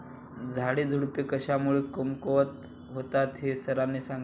झाडेझुडपे कशामुळे कमकुवत होतात हे सरांनी सांगितले